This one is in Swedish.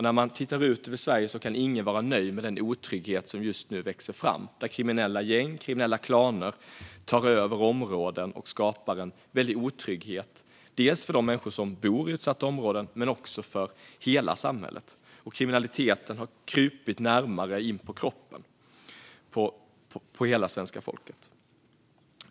När man tittar ut över Sverige kan ingen vara nöjd med den otrygghet som just nu växer fram, där kriminella gäng och klaner tar över områden och skapar en väldig otrygghet både för dem som bor i de utsatta områdena och för hela samhället. Kriminaliteten har krupit hela svenska folket närmare inpå kroppen.